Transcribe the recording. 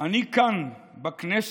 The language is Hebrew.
אני כאן, בכנסת,